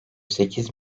sekiz